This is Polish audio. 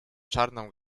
czarną